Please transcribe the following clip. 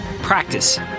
practice